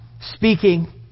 speaking